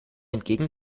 entgegen